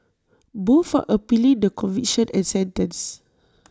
both are appealing the conviction and sentence